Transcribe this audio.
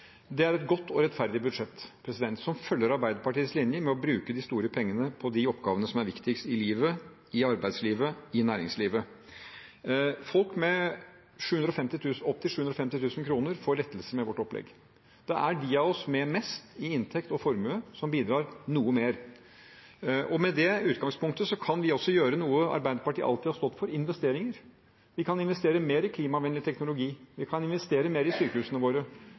Det er et godt og rettferdig budsjett, som følger Arbeiderpartiets linje med å bruke de store pengene på de oppgavene som er viktigst i livet, i arbeidslivet og i næringslivet. Folk med opp til 750 000 kr får lettelse med vårt opplegg. Det er de av oss med mest i inntekt og formue som bidrar noe mer. Med det utgangspunktet kan vi også gjøre noe Arbeiderpartiet alltid har stått for – investere. Vi kan investere mer i klimavennlig teknologi, vi kan investere mer i sykehusene våre,